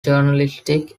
journalistic